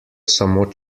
samo